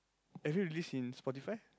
have you release in Spotify